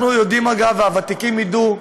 אנחנו יודעים, אגב, והוותיקים ידעו,